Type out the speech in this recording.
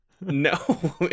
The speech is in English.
no